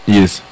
Yes